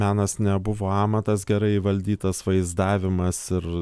menas nebuvo amatas gerai įvaldytas vaizdavimas ir